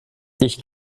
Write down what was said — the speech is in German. ich